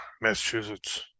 Massachusetts